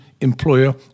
employer